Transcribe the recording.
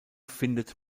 findet